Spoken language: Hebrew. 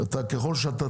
ככול שאתה